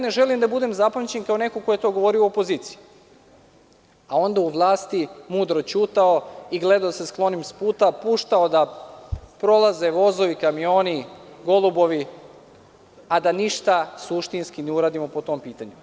Ne želim da budem zapamćen kao neko ko je to govorio u opoziciji, a onda u vlasti mudro ćutao i gledao da se skloni sa puta, puštao da prolaze vozovi, kamioni, golubovi, a da ništa suštinski ne uradimo po tom pitanju.